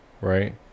right